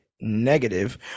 Negative